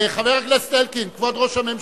אני קובע שההסתייגות לא נתקבלה.